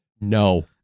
No